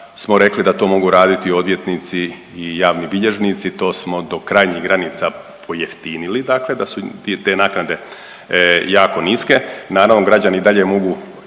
smo rekli da to mogu raditi odvjetnici i javni bilježnici, to smo do krajnjih granica pojeftinili dakle da su te naknade jako niske. Naravno građani i dalje mogu